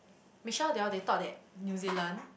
Michelle they all they thought that New-Zealand